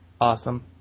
Awesome